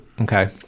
Okay